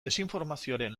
desinformazioaren